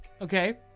Okay